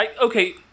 Okay